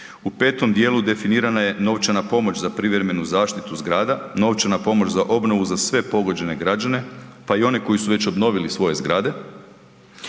U petom dijelu definirana je novčana pomoć za privremenu zaštitu zgrada, novčana pomoć za obnovu za sve pogođene građane pa i one koji su već obnovili svoje zgrade